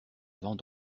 vent